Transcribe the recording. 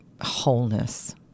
wholeness